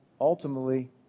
ultimately